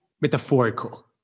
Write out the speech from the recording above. metaphorical